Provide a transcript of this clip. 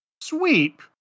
sweep